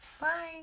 Bye